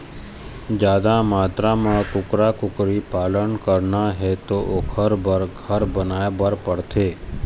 जादा मातरा म कुकरा, कुकरी पालन करना हे त ओखर बर घर बनाए बर परथे